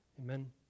Amen